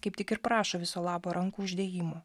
kaip tik ir prašo viso labo rankų uždėjimo